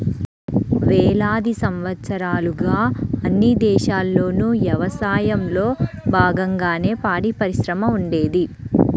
వేలాది సంవత్సరాలుగా అన్ని దేశాల్లోనూ యవసాయంలో బాగంగానే పాడిపరిశ్రమ ఉండేది